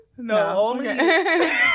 No